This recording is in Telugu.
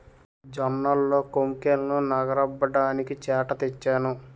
జొన్నల్లో కొంకుల్నె నగరబడ్డానికి చేట తెచ్చాను